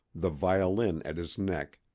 the violin at his neck,